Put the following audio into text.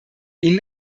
ihnen